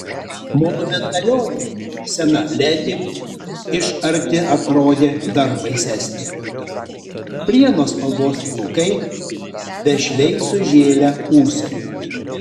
monumentalioji sena ledi iš arti atrodė dar baisesnė plieno spalvos plaukai vešliai sužėlę ūsai